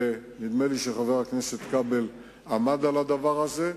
ונדמה לי שחבר הכנסת כבל עמד על הדבר הזה,